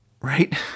Right